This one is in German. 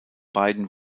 beiden